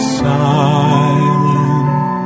silent